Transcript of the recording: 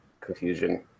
confusion